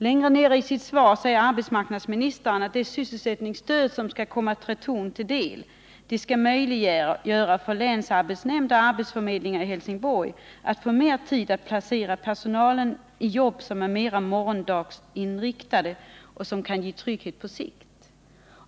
Längre fram i sitt svar säger arbetsmarknadsministern att det sysselsättningsstöd som kommer Tretorn till del möjliggör för länsarbetsnämnd och arbetsförmedlingar i Helsingborg att få mer tid att placera personalen i jobb som är mera morgondagsinriktade och som kan ge trygghet på sikt.